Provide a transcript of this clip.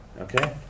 Okay